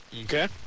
Okay